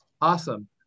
Awesome